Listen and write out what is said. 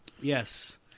Yes